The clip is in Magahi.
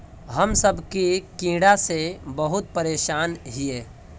हम सब की कीड़ा से बहुत परेशान हिये?